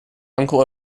uncle